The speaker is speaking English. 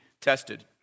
tested